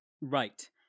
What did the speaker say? Right